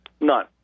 None